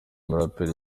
muraperi